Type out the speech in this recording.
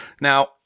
Now